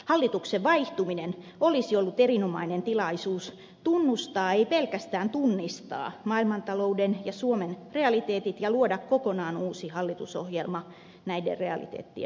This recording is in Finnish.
hallituksen vaihtuminen olisi ollut erinomainen tilaisuus tunnustaa ei pelkästään tunnistaa maailmantalouden ja suomen realiteetit ja luoda kokonaan uusi hallitusohjelma näiden realiteettien pohjalta